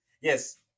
Yes